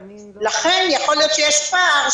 לכן יכול להיות שיש פער,